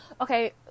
okay